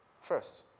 first